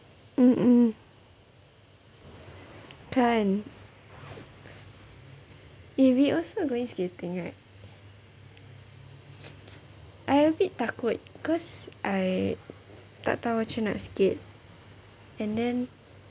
mmhmm kan eh we also going skating right I a bit takut cause I tak tahu macam mana nak skate and then